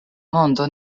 mondo